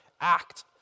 act